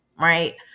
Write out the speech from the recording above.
right